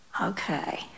okay